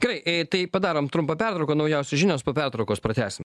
gerai tai padarom trumpą pertrauką naujausios žinios po pertraukos pratęsim